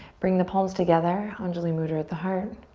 bring the palms together, anjuli mudra at the heart.